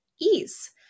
ease